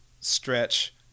stretch